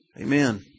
Amen